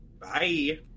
Bye